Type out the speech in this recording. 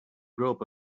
group